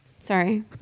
Sorry